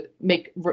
make